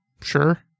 sure